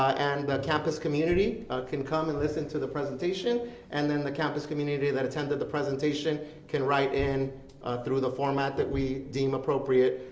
and the campus community can come and listen to the presentation and then the campus community that attended the presentation can write in through the format that we deem appropriate,